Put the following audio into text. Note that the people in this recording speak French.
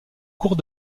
cours